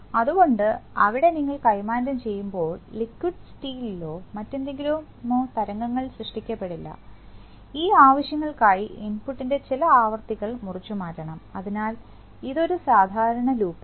അതുകൊണ്ട് അവിടെ നിങ്ങൾ കൈമാറ്റം ചെയ്യുമ്പോൾ ലിക്വിഡ്സ്റ്റീലിലോ മറ്റെന്തെങ്കിലുമോ തരംഗങ്ങൾ സൃഷ്ടിക്കപ്പെടില്ല ഈ ആവശ്യങ്ങൾക്കായി ഇൻപുട്ടിന്റെ ചില ആവൃത്തികൾ മുറിച്ചുമാറ്റണം അതിനാൽ ഇത് ഒരു സാധാരണ ലൂപ്പാണ്